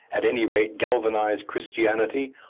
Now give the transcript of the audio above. at any rate, galvanize christianity,